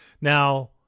Now